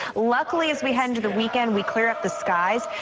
luckily, as we head into the weekend, we clear up the skies.